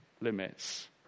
limits